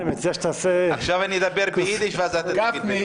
עכשיו אני אדבר ביידיש ואתה תבין.